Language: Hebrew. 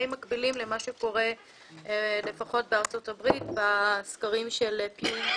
מקבילים למה שקורה לפחות בארצות הברית בסקרים של פיוּ אינטרנט.